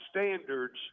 standards